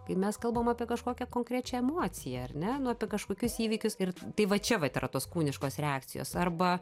kai mes kalbam apie kažkokią konkrečią emociją ar ne nu apie kažkokius įvykius ir tai va čia vat yra tos kūniškos reakcijos arba